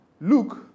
Luke